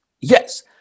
Yes